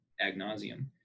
agnosium